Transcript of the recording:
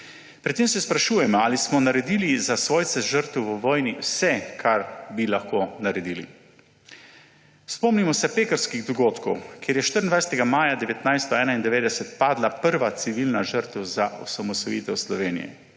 Pri tem se sprašujemo, ali smo naredili za svojce žrtev v vojni vse, kar bi lahko naredili. Spomnimo se pekrskih dogodkov, kjer je 24. maja 1991 padla prva civilna žrtev za osamosvojitev Slovenije,